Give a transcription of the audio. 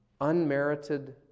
unmerited